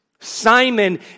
Simon